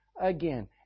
again